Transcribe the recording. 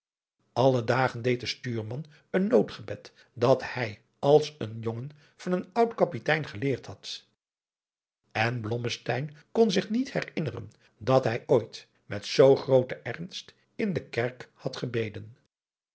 alle dagen deed de stuurman een noodgebed dat hij als een jongen van een oud kapitein geleerd had en blommesteyn kon zich niet herinneren dat hij ooit met zoo grooten ernst in de kerk had gebeden